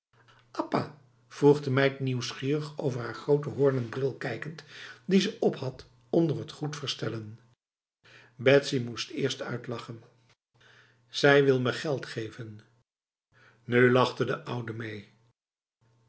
vroeg de meid nieuwsgierig over haar grote hoornen bril kijkend die ze op had onder t goed verstellen betsy moest eerst uitlachen zij wil me geld geven nu lachte de oude mee